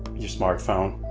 your smartphone.